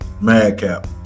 Madcap